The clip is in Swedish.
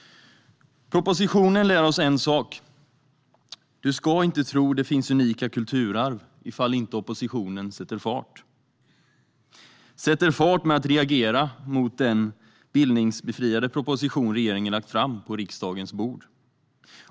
Propositionen lär oss en sak: Du ska inte tro det finns unika kulturarv, ifall inte oppositionen sätter fart - sätter fart med att reagera mot den bildningsbefriade proposition som regeringen nu har lagt på riksdagens bord.